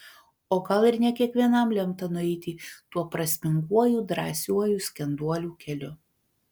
o gal ir ne kiekvienam lemta nueiti tuo prasminguoju drąsiuoju skenduolių keliu